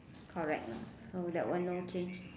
correct ah mm that one no change